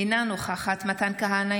אינה נוכחת מתן כהנא,